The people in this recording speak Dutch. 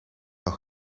nog